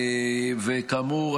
כאמור,